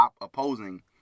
opposing